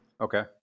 Okay